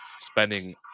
spending